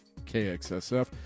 KXSF